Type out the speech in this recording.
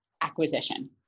acquisition